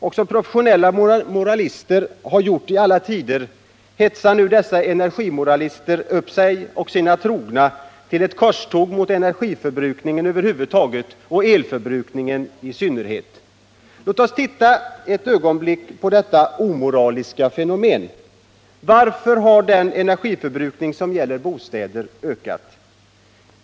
Och som professionella moralister har gjort i alla tider hetsar nu dessa energimoralister upp sig och sina trogna till ett korståg mot energiförbrukningen över huvud taget och elförbrukningen i synnerhet. Låt oss titta ett ögonblick på detta omoraliska fenomen. Varför har den energiförbrukning som gäller bostäderna ökat?